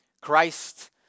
Christ